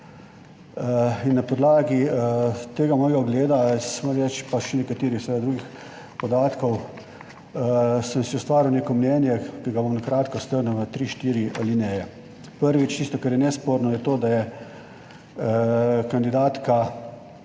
In na podlagi tega mojega ugleda jaz, moram reči, pa še nekaterih seveda drugih podatkov, sem si ustvaril neko mnenje, ki ga bom na kratko strnil v 3, 4 alineje. Prvič, tisto, kar je nesporno, je to, da je kandidatka